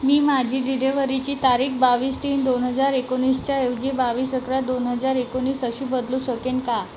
मी माझी डिलिव्हरीची तारीख बावीस तीन दोन हजार एकोणीसच्या ऐवजी बावीस अकरा दोन हजार एकोणीस अशी बदलू शकेन का